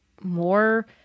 more